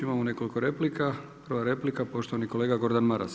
Imamo nekoliko replika, prva replika, poštovani kolega Gordan Maras.